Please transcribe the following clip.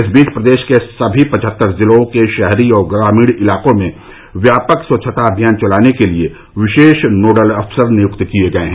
इस बीच प्रदेश के सभी पचहत्तर जिलों के शहरी और ग्रामीण इलाकों में व्यापक स्वच्छता अभियान चलाने के लिए विशेष नोडल अफसर नियुक्त किए गए हैं